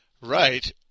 right